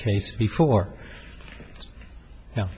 case before now